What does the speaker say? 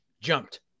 jumped